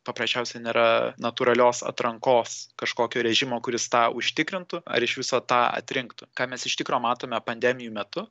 paprasčiausia nėra natūralios atrankos kažkokio režimo kuris tą užtikrintų ar iš viso tą atrinktų ką mes iš tikro matome pandemijų metu